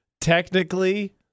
Technically